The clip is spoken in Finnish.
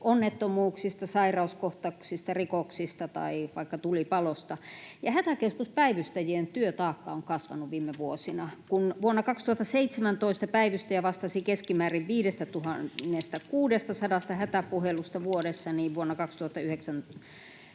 onnettomuuksista, sairauskohtauksista, rikoksista tai vaikka tulipalosta, ja hätäkeskuspäivystäjien työtaakka on kasvanut viime vuosina. Kun vuonna 2017 päivystäjä vastasi keskimäärin 5 600 hätäpuhelusta vuodessa, niin vuonna 2019